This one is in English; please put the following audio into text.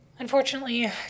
Unfortunately